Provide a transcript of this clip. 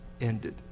ended